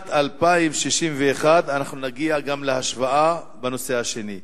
בשנת 2061 אנחנו נגיע גם להשוואה בנושא השני.